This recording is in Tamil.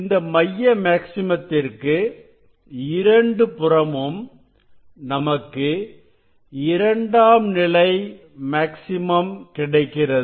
இந்த மைய மேக்ஸிமத்திற்கு இரண்டு புறமும் நமக்கு இரண்டாம் நிலை மேக்ஸிமம் கிடைக்கிறது